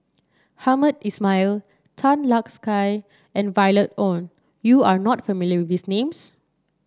Hamed Ismail Tan Lark Sye and Violet Oon you are not familiar with these names